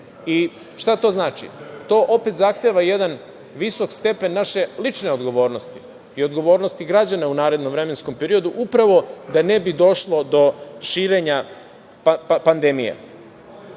Šta to znači? To opet zahteva jedan visok stepen naše lične odgovornosti i odgovornosti građana u narednom vremenskom periodu, upravo da ne bi došlo do širenja pandemije. Potreban